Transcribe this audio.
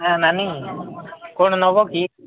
ହଁ ନାନୀ କ'ଣ ନେବ କି